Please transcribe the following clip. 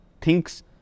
thinks